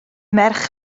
merch